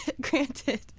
granted